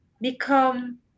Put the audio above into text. become